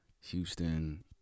Houston